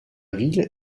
ville